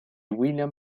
william